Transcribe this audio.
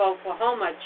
Oklahoma